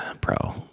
bro